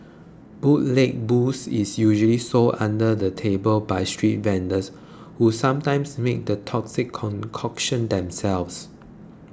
bootleg booze is usually sold under the table by street vendors who sometimes make the toxic concoction themselves